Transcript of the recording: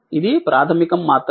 ఇది ప్రాధమికం మాత్రమే